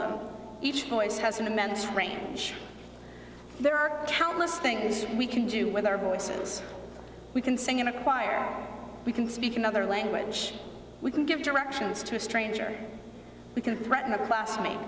so each voice has an immense range there are countless things we can do with our voices we can sing in a choir we can speak another language we can give directions to a stranger we can threaten a classmate